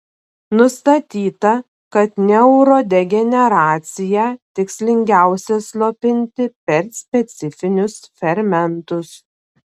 nustatyta kad neurodegeneraciją tikslingiausia slopinti per specifinius fermentus